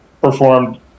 performed